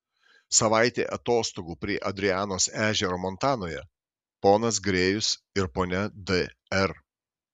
savaitė atostogų prie adrianos ežero montanoje ponas grėjus ir ponia d r